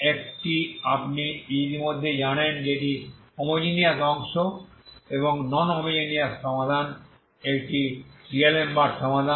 একটি আপনি ইতিমধ্যেই জানেন যে এটি হোমোজেনিয়াস অংশ এবং নন হোমোজেনিয়াস সমাধান একটি ডিআলেমবার্টের DAlembert সমাধান